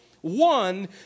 one